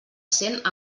cent